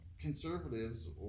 conservatives